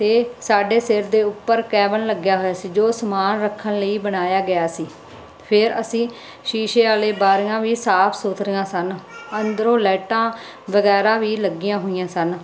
ਤੇ ਸਾਡੇ ਸਿਰ ਦੇ ਉੱਪਰ ਕੈਬਨ ਲੱਗਿਆ ਹੋਇਆ ਸੀ ਜੋ ਸਮਾਨ ਰੱਖਣ ਲਈ ਬਨਾਇਆ ਗਿਆ ਸੀ ਫੇਰ ਅਸੀਂ ਸ਼ੀਸ਼ੇ ਆਲੇ ਬਾਰੀਆਂ ਵੀ ਸਾਫ ਸੁਥਰੀਆਂ ਸਨ ਅੰਦਰੋਂ ਲਾਈਟਾਂ ਵਗੈਰਾ ਵੀ ਲੱਗੀਆਂ ਹੋਈਆਂ ਸਨ